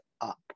up